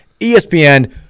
ESPN